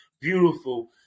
beautiful